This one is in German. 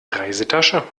reisetasche